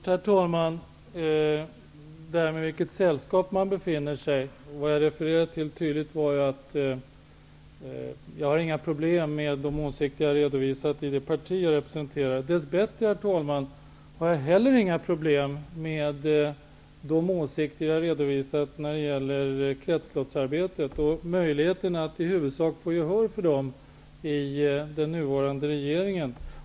Herr talman! När det gäller i vilket sällskap man befinner sig i, var det som jag tydligt refererade till att jag inte har några problem med de åsikter som jag har i det parti som jag representerar. Dess bättre, herr talman, har jag inte heller några problem med de åsikter som jag har redovisat när det gäller kretsloppsarbetet och möjligheten att i huvudsak få gehör för dem i den nuvarande regeringen.